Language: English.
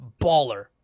baller